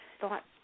thought